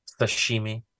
sashimi